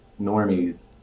normies